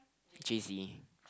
Jay-Z